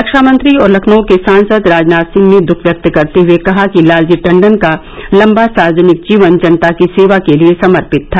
रक्षा मंत्री और लखनऊ के सांसद राजनाथ सिंह ने दख व्यक्त करते हए कहा कि लालजी टंडन का लंबा सार्वजनिक जीवन जनता की सेवा के लिए समर्पित था